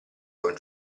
con